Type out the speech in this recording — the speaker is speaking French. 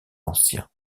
ancien